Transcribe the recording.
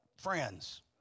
friends